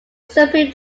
supreme